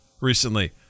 recently